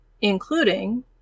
including